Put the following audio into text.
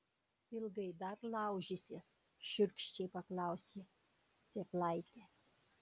ilgai dar laužysies šiurkščiai paklausė cėplaitė